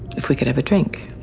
if we could have a drink?